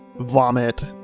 vomit